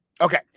Okay